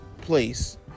place